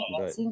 Right